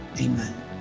Amen